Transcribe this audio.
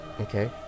Okay